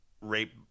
rape